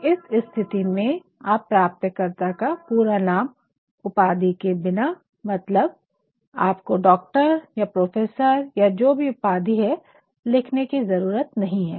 तो इस स्थिति में आप प्राप्तकर्ता का पूरा नाम बिना उपाधि केमतलब आपको डॉक्टर या प्रोफेसर या जो भी उपाधि है लिखने की ज़रुरत नहीं है